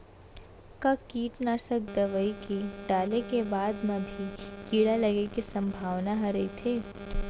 का कीटनाशक दवई ल डाले के बाद म भी कीड़ा लगे के संभावना ह रइथे?